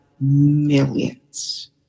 millions